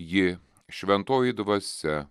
ji šventoji dvasia